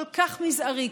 כל כך מזערי,